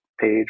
page